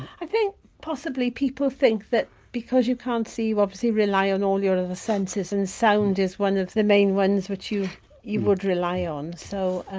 i think possibly people think that because you can't see you obviously rely on all your and other senses and sound is one of the main ones which you you would rely on. so,